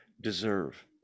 deserve